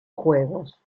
juegos